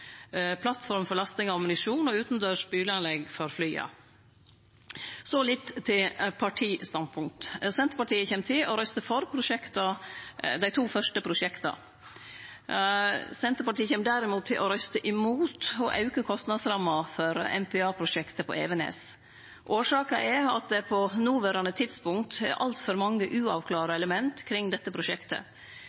plattform for lasting av ammunisjon og utandørs spyleanlegg for flya. Så litt til partistandpunkt. Senterpartiet kjem til å røyste for dei to fyrste prosjekta. Senterpartiet kjem derimot til å røyste imot å auke kostnadsramma for MPA-prosjektet på Evenes. Årsaka er at det på noverande tidspunkt er altfor mange uavklarte element kring dette prosjektet.